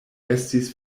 estis